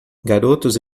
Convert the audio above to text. garotos